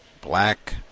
black